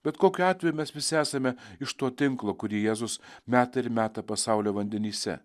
bet kokiu atveju mes visi esame iš to tinklo kurį jėzus meta ir meta pasaulio vandenyse